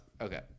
Okay